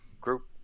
Group